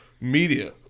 media